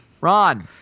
Ron